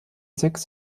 sechs